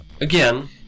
Again